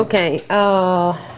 Okay